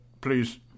please